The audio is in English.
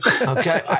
Okay